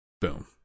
Boom